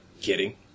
Kidding